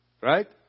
Right